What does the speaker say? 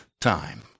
time